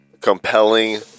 Compelling